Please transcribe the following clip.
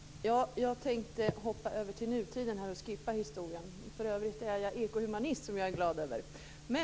Fru talman! Jag tänkte hoppa över till nutiden och skippa historien. För övrigt är jag ekohumanist, som jag är glad över.